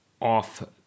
off